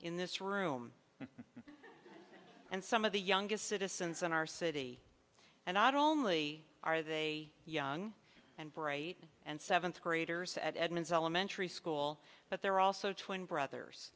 in this room and some of the youngest citizens in our city and not only are they young and bright and seventh graders at edmond's elementary school but they're also twin brothers